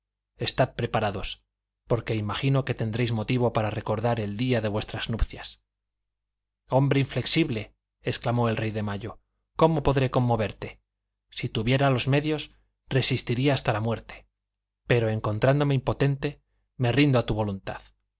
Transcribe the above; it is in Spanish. estad preparados porque imagino que tendréis motivo para recordar el día de vuestras nupcias hombre inflexible exclamó el rey de mayo cómo podré conmoverte si tuviera los medios resistiría hasta la muerte pero encontrándome impotente me rindo a tu voluntad